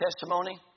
testimony